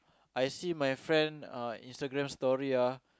I see my friend uh Instagram story ah